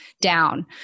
down